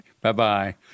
Bye-bye